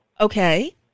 Okay